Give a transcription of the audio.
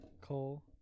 Cole